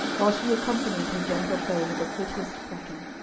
while she accompanied her gentle play with the prettiest prattle.